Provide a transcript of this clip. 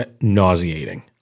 nauseating